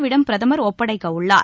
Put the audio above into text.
விடம் பிரதமர் ஒப்படைக்கவுள்ளார்